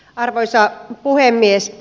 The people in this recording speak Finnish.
arvoisa puhemies